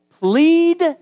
Plead